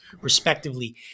respectively